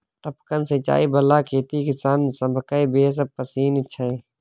टपकन सिचाई बला खेती किसान सभकेँ बेस पसिन छै